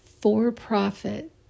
for-profit